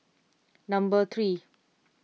number three